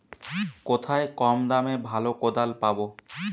কোথায় কম দামে ভালো কোদাল পাব?